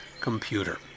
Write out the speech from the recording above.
Computer